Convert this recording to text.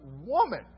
woman